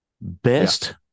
best